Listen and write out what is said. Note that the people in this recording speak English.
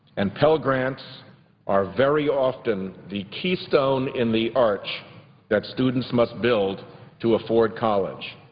and pell grants are very often the keystone in the arch that students must build to afford college.